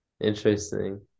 Interesting